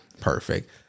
Perfect